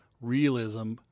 realism